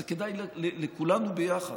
זה כדאי לכולנו ביחד.